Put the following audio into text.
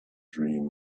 dream